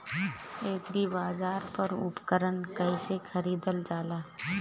एग्रीबाजार पर उपकरण कइसे खरीदल जाला?